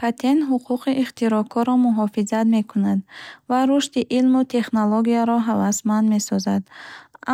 Патент ҳуқуқи ихтироъкорро муҳофизат мекунад ва рушди илму технологияро ҳавасманд месозад.